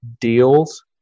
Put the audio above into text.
deals